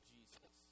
Jesus